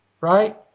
right